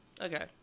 Okay